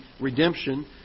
redemption